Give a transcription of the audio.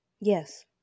Yes